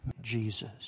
Jesus